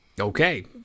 Okay